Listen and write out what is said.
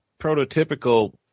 prototypical